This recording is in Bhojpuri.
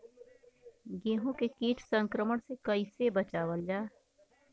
गेहूँ के कीट संक्रमण से कइसे बचावल जा?